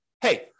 hey